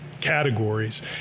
categories